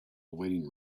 waiting